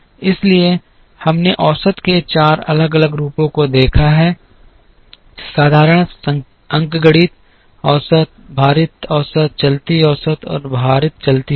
इसलिए हमने औसत के चार अलग अलग रूपों को देखा है साधारण अंकगणित औसत भारित औसत चलती औसत और भारित चलती औसत